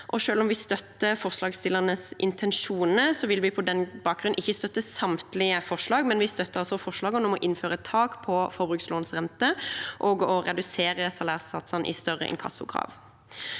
Selv om vi støtter forslagsstillernes intensjoner, vil vi på denne bakgrunn ikke støtte samtlige forslag, men vi støtter altså forslagene om å innføre et tak for forbrukslånsrenter og å redusere salærsatsene på større inkassokrav.